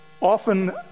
often